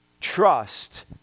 trust